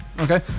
Okay